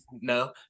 no